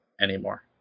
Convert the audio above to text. anymore